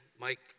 Mike